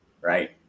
Right